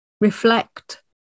reflect